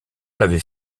l’avait